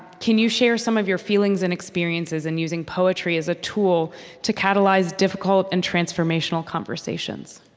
can you share some of your feelings and experiences in using poetry as a tool to catalyze difficult and transformational conversations?